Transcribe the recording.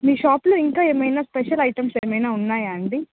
మీ షాప్లో ఇంకా ఏమైనా స్పెషల్ ఐటమ్స్ ఏమైనా ఉన్నాయా అండి